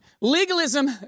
Legalism